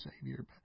Savior